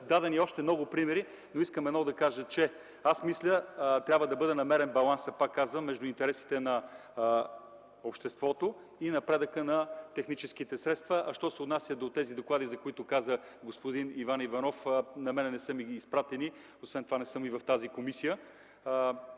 дадени още много примери, но искам да кажа едно – аз мисля, че трябва да бъде намерен балансът между интересите на обществото и напредъка на техническите средства. Що се отнася до тези доклади, за които каза господин Иван Иванов, на мен не са ми изпратени, освен това не съм и в тази комисия,